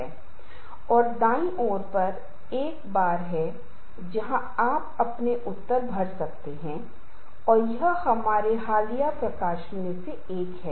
यदि हम संघर्ष को हल करने के लिए ठीक से समझते हैं तो यह हमेशा एक नया अवसर खोलेगा जो हमें परिवर्तन और विकास के स्रोत के रूप में संघर्ष की स्थितियों में भाग लेने और यहां तक कि गले लगाने की अनुमति देगा